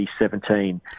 2017